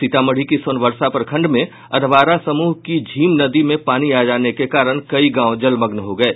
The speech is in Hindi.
सीतामढ़ी के सोनबरसा प्रखंड में अधवारा समूह की झीम नदी में पानी आ जाने के कारण कई गांव जलमग्न हो गये